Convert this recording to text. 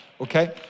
Okay